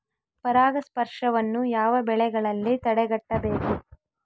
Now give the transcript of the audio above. ಪರಾಗಸ್ಪರ್ಶವನ್ನು ಯಾವ ಬೆಳೆಗಳಲ್ಲಿ ತಡೆಗಟ್ಟಬೇಕು?